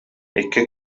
икки